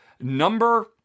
number